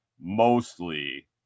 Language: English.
mostly